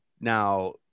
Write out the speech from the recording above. now